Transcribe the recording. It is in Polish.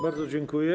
Bardzo dziękuję.